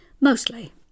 mostly